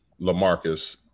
LaMarcus –